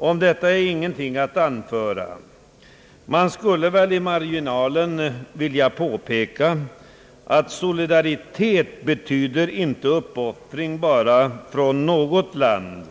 Mot detta är ingenting att anföra. Möjligtvis skulle man i marginalen vilja påpeka, att solidaritet inte betyder uppoffring bara från något land,